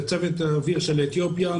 זה צוות אוויר של אתיופיאן,